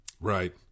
Right